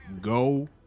go